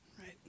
right